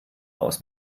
aus